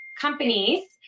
companies